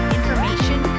information